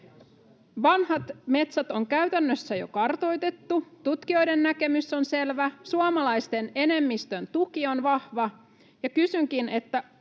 Vanhat metsät on käytännössä jo kartoitettu. Tutkijoiden näkemys on selvä, suomalaisten enemmistön tuki on vahva. Kysynkin: